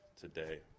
today